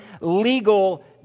legal